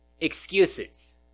excuses